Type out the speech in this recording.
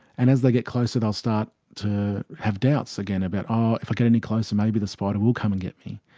and as they get closer they'll start to have doubts again about ah if i get any closer may be the spider will come and get me,